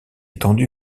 étendu